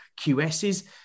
QSs